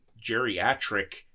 geriatric